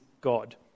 God